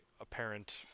apparent